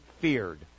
feared